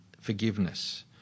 forgiveness